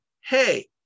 hey